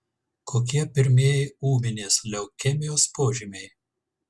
kokie pirmieji ūminės leukemijos požymiai